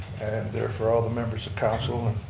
they're for all the members of council.